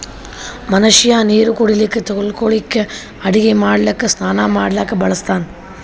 ಮನಷ್ಯಾ ನೀರು ಕುಡಿಲಿಕ್ಕ ತೊಳಿಲಿಕ್ಕ ಅಡಗಿ ಮಾಡ್ಲಕ್ಕ ಸ್ನಾನಾ ಮಾಡ್ಲಕ್ಕ ಬಳಸ್ತಾನ್